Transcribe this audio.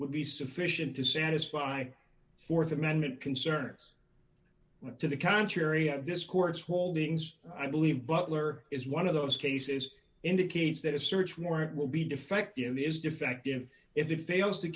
would be sufficient to satisfy th amendment concerns to the contrary have this court's holdings i believe butler is one of those cases indicates that a search warrant will be defective is defective if he fails to